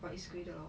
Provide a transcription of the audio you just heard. but it's graded lor